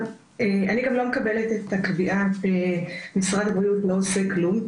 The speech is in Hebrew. אני גם לא מקבלת את הקביעה שמשרד הבריאות לא עושה כלום,